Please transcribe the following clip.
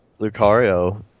Lucario